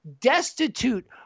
destitute